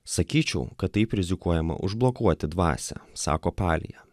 sakyčiau kad taip rizikuojama užblokuoti dvasią sako palija